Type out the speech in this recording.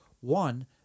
one